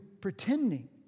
pretending